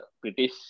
British